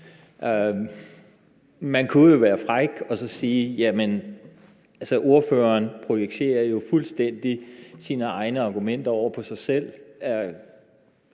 Man kunne jo være fræk og sige, at ordføreren jo fuldstændig projicerer sine egne argumenter over på sig selv.